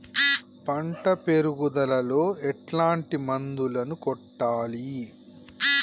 పంట పెరుగుదలలో ఎట్లాంటి మందులను కొట్టాలి?